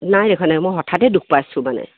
নাই দেখোৱা নাই মই হঠাতেই দুখ পাইছোঁ মানে